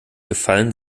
gefallen